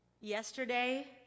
Yesterday